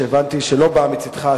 שהבנתי שלא בא מצדך,